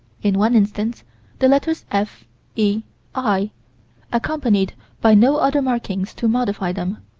in one instance the letters f e i accompanied by no other markings to modify them,